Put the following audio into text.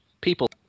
people